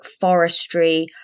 forestry